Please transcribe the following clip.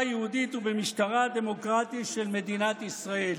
היהודית ובמשטרה הדמוקרטי של מדינת ישראל.